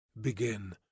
begin